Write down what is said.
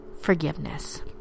forgiveness